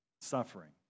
suffering